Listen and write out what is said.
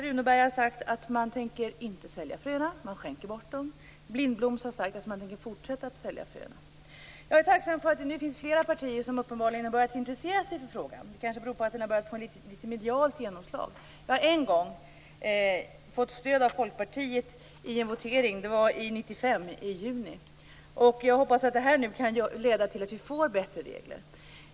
Runåbergs har sagt att man inte tänker sälja fröerna utan skänker bort dem. Lindbloms har sagt att man tänker fortsätta att sälja fröerna. Jag är tacksam för att det nu finns flera partier som uppenbarligen har börjat intressera sig för frågan. Det beror kanske på att den har börjat få ett litet medialt genomslag. Vi har en gång fått stöd från Folkpartiet i en votering. Det var i juni 1995. Jag hoppas att det här nu kan leda till att vi får bättre regler.